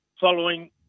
following